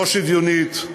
לא שוויונית.